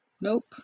Nope